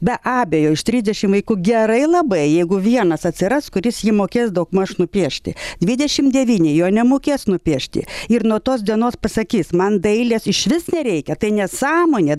be abejo iš trisdešim vaikų gerai labai jeigu vienas atsiras kuris jį mokės daugmaž nupiešti dvidešim devyni jo nemokės nupiešti ir nuo tos dienos pasakys man dailės išvis nereikia tai nesąmonė